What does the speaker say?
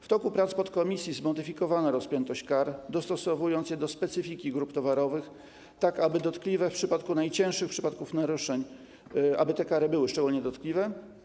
W toku prac podkomisji zmodyfikowano rozpiętość kar, dostosowując je do specyfiki grup towarowych, tak aby w przypadku najcięższych przypadków naruszeń te kary były szczególnie dotkliwe.